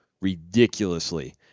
ridiculously